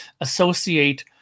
associate